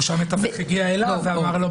או שהמתווך פנה אליו ואמר לו,